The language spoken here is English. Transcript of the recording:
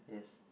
yes